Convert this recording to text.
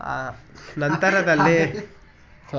ಆ ನಂತರದಲ್ಲಿ